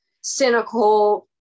cynical